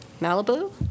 Malibu